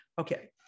okay